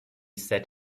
set